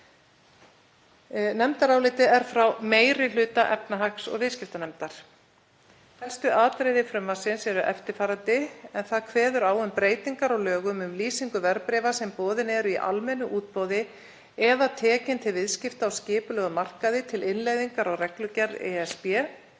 Nefndarálitið er frá meiri hluta efnahags- og viðskiptanefndar. Helstu atriði frumvarpsins eru eftirfarandi: Frumvarpið kveður á um breytingar á lögum um lýsingu verðbréfa sem boðin eru í almennu útboði eða tekin til viðskipta á skipulegum markaði til innleiðingar á reglugerð ESB.